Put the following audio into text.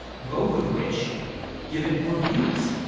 both of which give it more views.